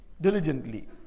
diligently